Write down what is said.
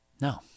No